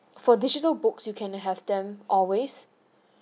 for digital books you can have them always